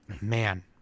man